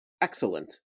Excellent